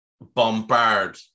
bombard